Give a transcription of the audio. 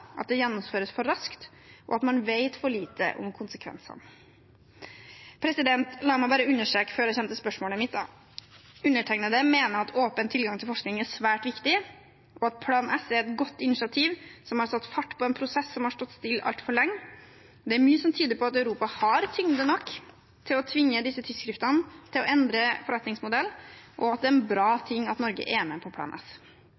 at det gjennomføres for raskt, og at man vet for lite om konsekvensene. La meg bare understreke, før jeg kommer til spørsmålet mitt: Jeg mener at åpen tilgang til forskning er svært viktig, og at Plan S er et godt initiativ som har satt fart på en prosess som har stått stille altfor lenge. Det er mye som tyder på at Europa har tyngde nok til å tvinge disse tidsskriftene til å endre forretningsmodell, og at det er en bra